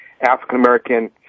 African-American